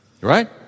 Right